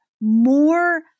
more